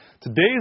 Today's